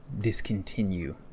discontinue